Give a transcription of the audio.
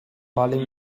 falling